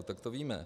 Tak to víme.